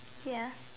ya